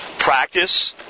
Practice